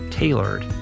Tailored